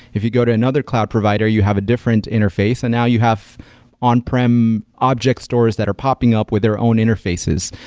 if you go to another cloud provider, you have a different interface, and now you have on-prem objects stores that are popping up with their own interfaces.